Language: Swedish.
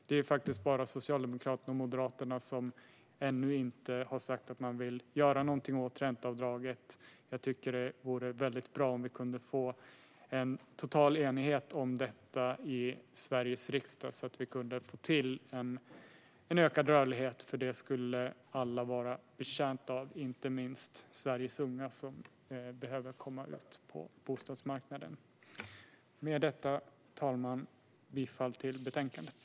Det är faktiskt bara Socialdemokraterna och Moderaterna som ännu inte har sagt sig vilja göra någonting åt ränteavdraget. Jag tycker att det vore bra om vi kunde få en total enighet om detta i Sveriges riksdag så att vi kunde få till en ökad rörlighet, för det skulle alla vara betjänta av - inte minst Sveriges unga, som behöver komma ut på bostadsmarknaden. Med detta, herr talman, yrkar jag bifall till förslaget i betänkandet.